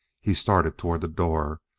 he started toward the door,